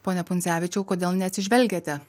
pone pundzevičiau kodėl neatsižvelgiate